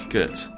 Good